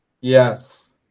Yes